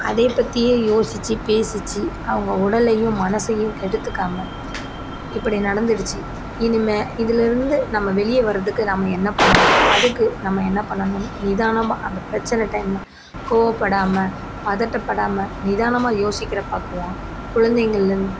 அதே பற்றியே யோசித்து பேசி அவங்க உடலையும் மனதையும் கெடுத்துக்காமல் இப்படி நடந்துடுச்சி இனிமேல் இதுலேருந்து நம்ம வெளியே வரத்துக்கு நம்ம என்ன பண்ணணும் அதுக்கு நம்ம என்ன பண்ணணும்னு நிதானமாக அந்த பிரச்சன டைமில் கோவப்படாமல் பதட்டப்படாமல் நிதானமாக யோசிக்கிற பக்குவம் குழந்தைகள்